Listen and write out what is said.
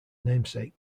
namesake